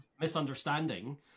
misunderstanding